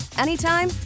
anytime